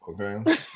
Okay